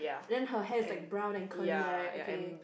then her hair is like brown and curly right okay